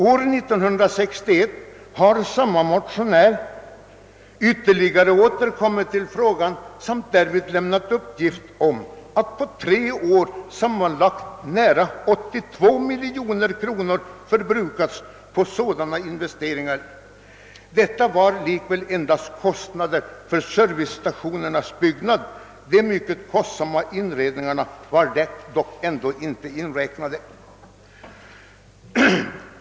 År 1961 återkom han till frågan och lämnade därvid uppgift om att på tre år sammanlagt nära 82 miljoner kronor hade förbrukats på sådana investeringar. Detta var likväl endast kostnaden för servicestationernas byggnad — de mycket kostsamma inredningarna var inte inräknade.